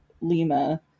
Lima